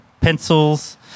pencils